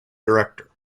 director